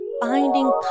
finding